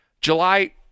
July